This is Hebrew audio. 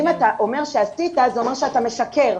אם אתה אומר שעשית זה אומר שאתה משקר.